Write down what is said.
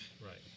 right